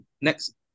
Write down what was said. next